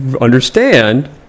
understand